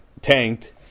tanked